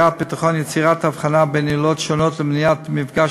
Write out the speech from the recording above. יצירת הבחנה בין עילות שונות למניעת מפגש